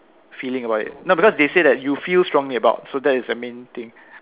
feeling about it no because they said you feel strongly about so that is the main thing